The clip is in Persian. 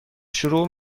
شروع